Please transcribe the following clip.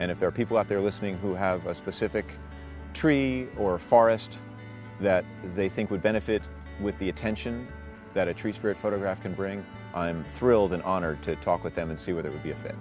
and if there are people out there with me who have a specific tree or forest that they think would benefit with the attention that a true spirit photograph can bring i'm thrilled and honored to talk with them and see what it would be a bit